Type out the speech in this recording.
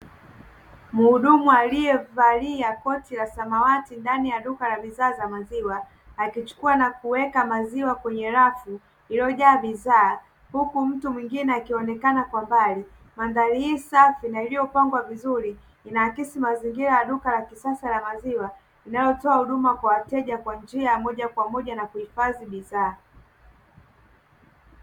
Muhudumu aliyevalia koti la samawati ndani ya duka la maziwa, akichukua na kuweka maziwa kwenye rafu iliyojaa bidhaa, huku mtu mwingine akionekana kwa mbali. Mandhari hii safi na iliyopangwa vizuri inaakisi mazingira ya duka la wazi wa, inayotoa huduma kwa wateja kwa njia ya moja kwa moja, na kuhifadhi bidhaa.